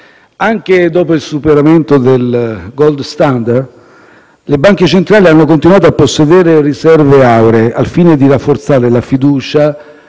Anche dopo il superamento del *gold standard*, le Banche centrali hanno continuato a possedere riserve auree al fine di rafforzare la fiducia